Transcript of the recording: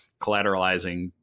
collateralizing